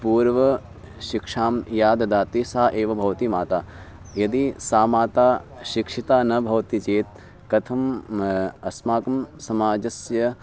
पूर्वशिक्षां या ददाति सा एव भवति माता यदि सा माता शिक्षिता न भवति चेत् कथं अस्माकं समाजस्य